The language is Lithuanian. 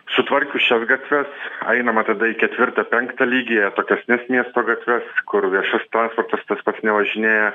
sutvarkius šias gatves ainama tada į ketvirtą penktą lygį atokesnes miesto gatves kur viešas transportas tas pats nevažinėja